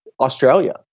Australia